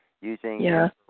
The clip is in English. using